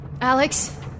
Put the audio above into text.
Alex